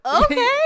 Okay